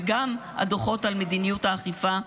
וגם של הדוחות על מדיניות האכיפה,